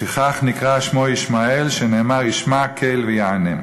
לפיכך נקרא שמו ישמעאל, שנאמר: ישמע אל ויענם.